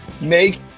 Make